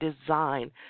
design